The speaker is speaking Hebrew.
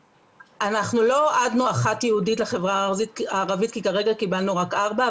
אנחנו לא הועדנו אחת ייעודית לחברה הערבית כי כרגע קיבלנו רק ארבע,